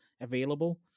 available